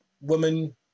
woman